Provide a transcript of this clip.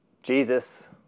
Jesus